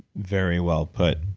very well put.